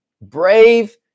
Brave